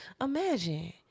Imagine